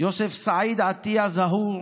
יוסף סעיד עטיה זהור